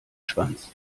schwanz